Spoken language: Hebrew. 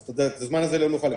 אז את הזמן הזה לא נוכל לקצר.